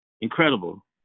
Incredible